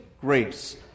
grace